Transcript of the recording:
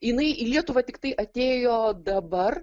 jinai į lietuvą tiktai atėjo dabar